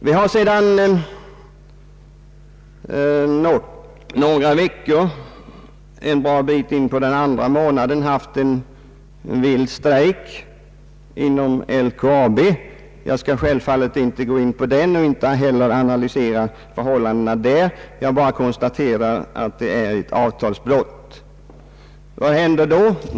Vi har sedan några veckor, nu en bra bit in på den andra månaden, en vild strejk inom LKAB. Jag skall självfallet icke gå in på den och inte heller analysera förhållandena där. Jag bara konstaterar att det är ett avtalsbrott. Vad händer då?